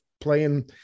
playing